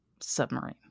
submarine